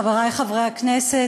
חברי חברי הכנסת,